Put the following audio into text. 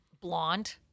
Blonde